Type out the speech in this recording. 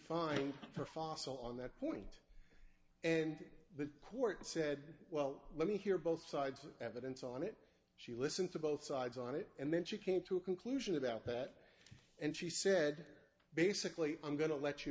her fossil on that point and the court said well let me hear both sides of evidence on it she listened to both sides on it and then she came to a conclusion about that and she said basically i'm going to let you